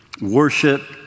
worship